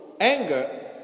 anger